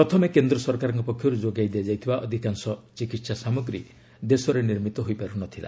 ପ୍ରଥମେ କେନ୍ଦ୍ର ସରକାରଙ୍କ ପକ୍ଷରୁ ଯୋଗାଇ ଦିଆଯାଇଥିବା ଅଧିକାଂଶ ଚିକିତ୍ସା ସାମଗ୍ରୀ ଦେଶରେ ନିର୍ମିତ ହୋଇପାରୁ ନଥିଲା